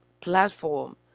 platform